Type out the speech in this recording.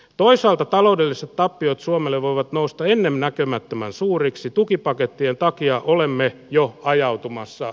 toisaalta taloudelliset tappiot suomelle voivat nousta ennen näkemättömän suuriksi tukipakettien takia olemme jo ajautumassa